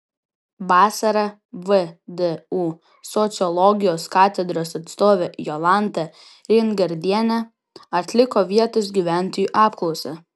vasarą vdu sociologijos katedros atstovė jolanta reingardienė atliko vietos gyventojų apklausą